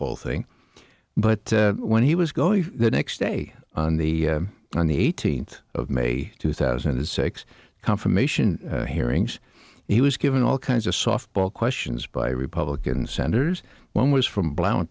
whole thing but when he was going the next day on the on the eighteenth of may two thousand and six confirmation hearings he was given all kinds of softball questions by republican senators one was from blount